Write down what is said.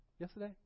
Yesterday